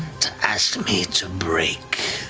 to ask me to break